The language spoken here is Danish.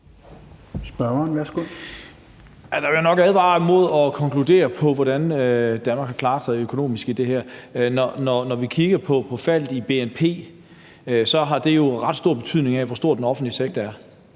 Der vil jeg nok advare imod at konkludere på, hvordan Danmark har klaret sig økonomisk i det her. Når vi kigger på faldet i bnp, har det jo ret stor betydning, hvor stor den offentlige sektor